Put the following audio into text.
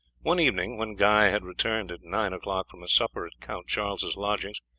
one evening when guy had returned at nine o'clock from a supper at count charles's lodgings,